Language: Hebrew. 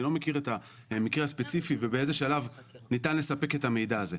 אני לא מכיר את המקרה הספציפי ובאיזה שלב ניתן לספק את המידע הזה.